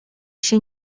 się